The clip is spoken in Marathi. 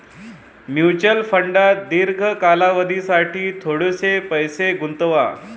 म्युच्युअल फंडात दीर्घ कालावधीसाठी थोडेसे पैसे गुंतवा